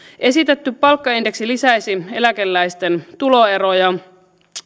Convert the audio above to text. esitetty palkkaindeksi lisäisi eläkeläisten tuloeroja